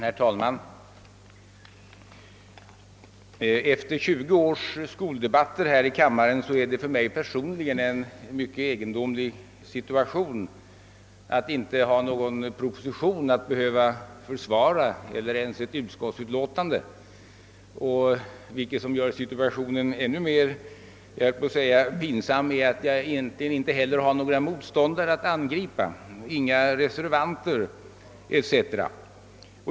Herr talman! Efter tjugo års skoldebatter är det för mig personligen en mycket egendomlig situation att kunna tala här i kammaren i en skolfråga utan att behöva försvara en proposition eller ens något utskottsutlåtande. Vad som gör situationen än mer, jag höll på att säga pinsam, är att jag inte heller har någon motståndare, någon reservant t.ex., att angripa.